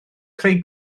creu